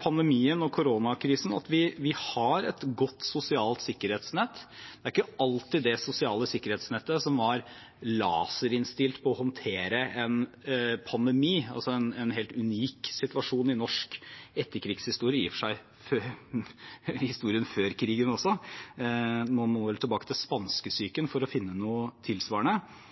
pandemien og koronakrisen at vi har et godt sosialt sikkerhetsnett. Det er ikke alltid det sosiale sikkerhetsnettet var laserinnstilt på å håndtere en pandemi, en helt unik situasjon i norsk etterkrigshistorie – i og for seg i historien før krigen også, man må vel tilbake til spanskesyken for å finne noe tilsvarende